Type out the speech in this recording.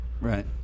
Right